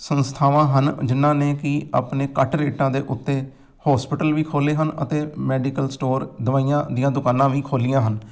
ਸੰਸਥਾਵਾਂ ਹਨ ਜਿਨ੍ਹਾਂ ਨੇ ਕਿ ਆਪਣੇ ਘੱਟ ਰੇਟਾਂ ਦੇ ਉੱਤੇ ਹੋਸਪਿਟਲ ਵੀ ਖੋਲ੍ਹੇ ਹਨ ਅਤੇ ਮੈਡੀਕਲ ਸਟੋਰ ਦਵਾਈਆਂ ਦੀਆਂ ਦੁਕਾਨਾਂ ਵੀ ਖੋਲ੍ਹੀਆਂ ਹਨ